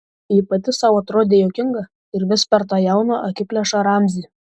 ji pati sau atrodė juokinga ir vis per tą jauną akiplėšą ramzį